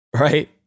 right